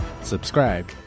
Subscribe